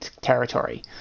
territory